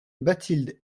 bathilde